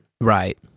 Right